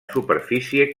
superfície